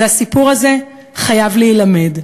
והסיפור הזה חייב להילמד,